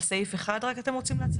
על סעיף 1 רק אתם רוצים?